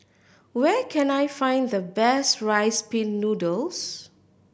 where can I find the best Rice Pin Noodles